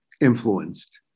influenced